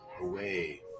away